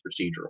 procedural